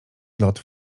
lot